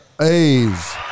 A's